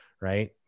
right